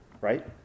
Right